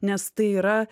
nes tai yra